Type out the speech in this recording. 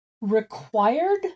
required